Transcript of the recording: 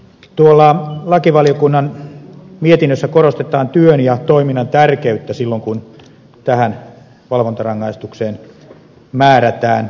tuolla lakivaliokunnan mietinnössä korostetaan työn ja toiminnan tärkeyttä silloin kun tähän valvontarangaistukseen määrätään